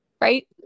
Right